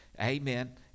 Amen